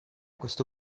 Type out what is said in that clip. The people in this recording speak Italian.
questo